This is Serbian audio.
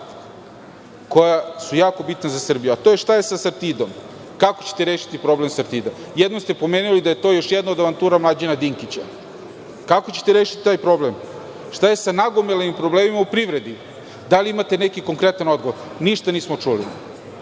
koja su jako bitna za Srbiju, a to je – šta je sa „Sartidom“? Kako ćete rešiti problem „Sartida“? Jednom ste pomenuli da je to još jedna od avantura Mlađana Dinkića. Kako ćete rešiti taj problem? Šta je sa nagomilanim problemima u privredi? Da li imate neki konkretan odgovor? Ništa nismo čuli. Zato